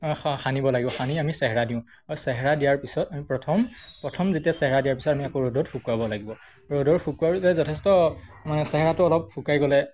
সানিব লাগিব সানি আমি চেহেৰা দিওঁ আৰু চেহেৰা দিয়াৰ পিছত আমি প্ৰথম প্ৰথম যেতিয়া চেহেৰা দিয়াৰ পিছত আমি আকৌ ৰ'দত শুকুৱাব লাগিব ৰ'দৰ শুকুৱাবলৈ যথেষ্ট মানে চেহৰাটো অলপ শুকাই গ'লে